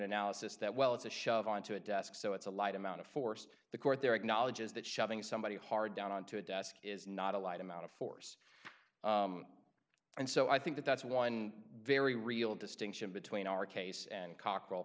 analysis that well it's a shove on to a desk so it's a light amount of force the court there acknowledges that shoving somebody hard down on to a desk is not a light amount of force and so i think that that's one very real distinction between our case and coc